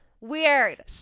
weird